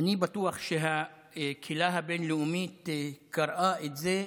אני בטוח שהקהילה הבין-לאומית קראה את זה,